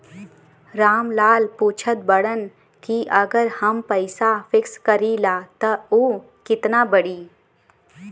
राम लाल पूछत बड़न की अगर हम पैसा फिक्स करीला त ऊ कितना बड़ी?